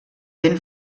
ben